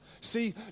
see